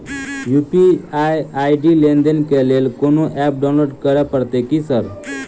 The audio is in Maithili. यु.पी.आई आई.डी लेनदेन केँ लेल कोनो ऐप डाउनलोड करऽ पड़तय की सर?